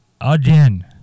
again